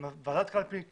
עם ועדת קלפי נפרדת,